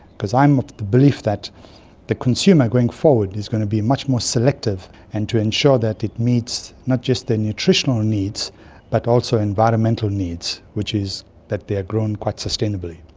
because i am of the belief that the consumer going forward is going to be much more selective and to ensure that it meets not just the nutritional needs but also environmental needs, which is that they are grown quite sustainably.